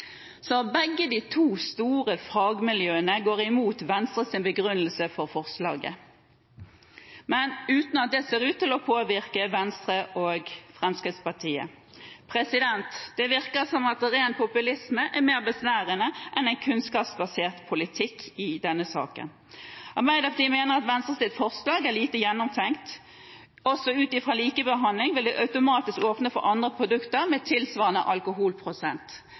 Så begge de to store fagmiljøene går imot Venstres begrunnelse for forslaget, men uten at det ser ut til å påvirke Venstre og Fremskrittspartiet. Det virker som om ren populisme er mer besnærende enn en kunnskapsbasert politikk i denne saken. Arbeiderpartiet mener at Venstres forslag er lite gjennomtenkt. Også ut ifra likebehandling vil det automatisk åpne for andre produkter med tilsvarende alkoholprosent,